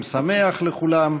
לכולם.